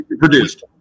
produced